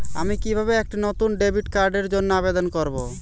আমি কিভাবে একটি নতুন ডেবিট কার্ডের জন্য আবেদন করব?